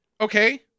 Okay